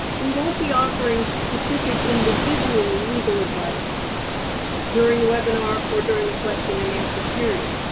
we won't be offering specific individual legal advice during the webinar or during the question and answer period.